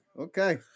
okay